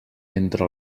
entre